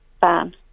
ban